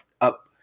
up